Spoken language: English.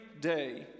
day